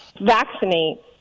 vaccinate